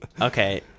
Okay